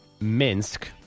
Minsk